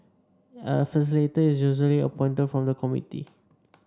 a facilitator is usually appointed from the committee